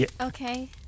Okay